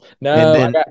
No